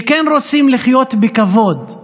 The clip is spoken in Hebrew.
שכן רוצים לחיות בכבוד,